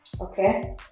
Okay